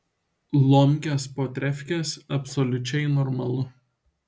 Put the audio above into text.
lomkės po trefkės absoliučiai normalu